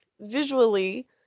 visually